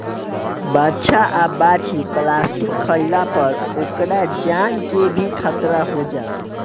बाछा आ बाछी प्लास्टिक खाइला पर ओकरा जान के भी खतरा हो जाला